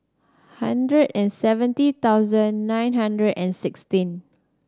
hundred and seventy thousand nine hundred and sixteen